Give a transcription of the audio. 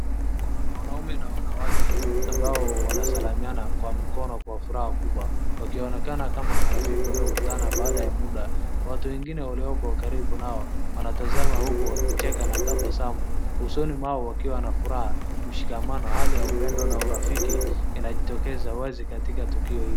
Kuna mwanaume na wanawake ambao wanasalamiana kwa mikono kwa furaha kubwa, wakionekana kama marafiki waliokutana baada ya muda. Watu wengine waliopo karibu nao wanatazama huku wakicheka na tabasamu, usoni mwao wakiwa na furaha, mshikamano, hali ya upendo na urafiki inajitokeza wazi katika tukio hili.